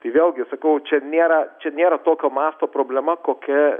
tai vėlgi sakau čia nėra čia nėra tokio masto problema kokia